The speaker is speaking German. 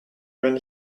wenn